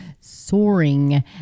soaring